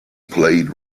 played